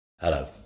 Hello